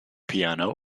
piano